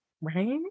Right